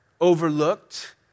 overlooked